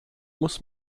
muss